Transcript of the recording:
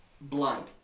Blind